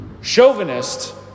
chauvinist